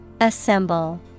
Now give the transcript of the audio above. Assemble